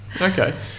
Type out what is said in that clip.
Okay